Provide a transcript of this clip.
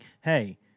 hey